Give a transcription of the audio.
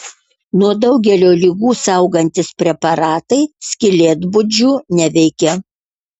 nuo daugelio ligų saugantys preparatai skylėtbudžių neveikia